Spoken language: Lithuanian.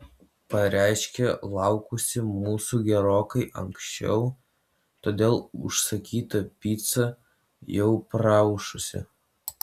pareiškė laukusi mūsų gerokai anksčiau todėl užsakyta pica jau praaušusi